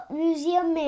museum